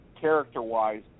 character-wise